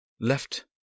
Left